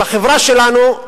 בחברה שלנו,